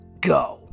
go